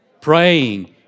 praying